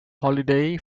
holiday